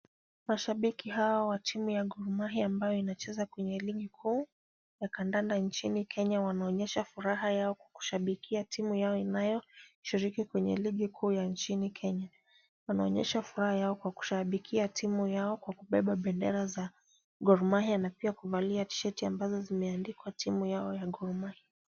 Mashabiki hawa wa timu ya Gor Mahia ambayo inacheza kwenye ligi kuu ya kandanda nchini Kenya, wanaonyesha furaha yao kwa kushabikia timu yao inayoshiriki kwenye ligi kuu ya nchini Kenya. Wanaonyesha furaha yao kwa kushabikia timu yao kwa kubeba bendera za Gor Mahia na pia kuvalia tisheti ambazo zimeandikwa timu yao ya Gor Mahia.